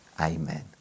Amen